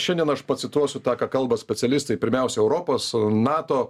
šiandien aš pacituosiu tą ką kalba specialistai pirmiausia europos nato